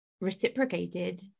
reciprocated